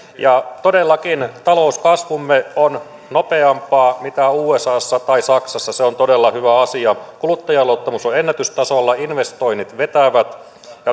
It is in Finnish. todellakin talouskasvumme on nopeampaa kuin usassa tai saksassa se on todella hyvä asia kuluttajaluottamus on ennätystasolla investoinnit vetävät